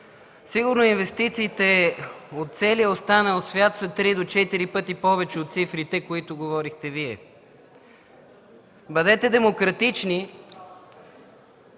сигурно инвестициите от целия останал свят са три до четири пъти повече от цифрите, които говорихте Вие. Бъдете демократични